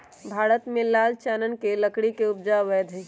भारत में लाल चानन के लकड़ी के उपजा अवैध हइ